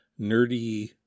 nerdy